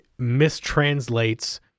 mistranslates